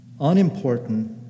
unimportant